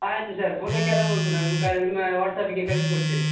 ಆಯಿತು sir photo ಕೆಲವು ಉಂಟು ನಾನು ಕಳ್ ನಿಮ್ಮ ವಾಟ್ಸ್ಆ್ಯಪ್ಗೆ ಕಳಿಸಿ ಕೊಡ್ತೇನೆ